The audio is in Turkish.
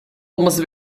olması